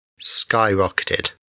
skyrocketed